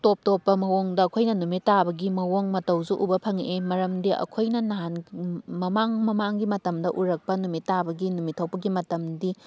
ꯇꯣꯞ ꯇꯣꯞꯄ ꯃꯑꯣꯡꯗ ꯑꯩꯈꯣꯏꯅ ꯅꯨꯃꯤꯠ ꯇꯥꯕꯒꯤ ꯃꯑꯣꯡ ꯃꯇꯧꯁꯨ ꯎꯕ ꯐꯪꯉꯛꯏ ꯃꯔꯝꯗꯤ ꯑꯩꯈꯣꯏꯅ ꯅꯍꯥꯟ ꯃꯃꯥꯡ ꯃꯃꯥꯡꯒꯤ ꯃꯇꯝꯗ ꯎꯔꯛꯄ ꯅꯨꯃꯤꯠ ꯇꯥꯕꯒꯤ ꯅꯨꯃꯤꯠ ꯊꯣꯛꯄꯒꯤ ꯃꯇꯝꯗꯤ